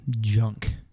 junk